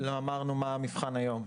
לא אמרנו מה המבחן היום.